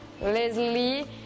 Leslie